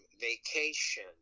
vacation